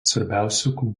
svarbiausių